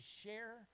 share